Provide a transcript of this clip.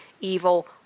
evil